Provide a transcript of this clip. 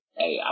hey